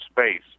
space